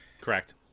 correct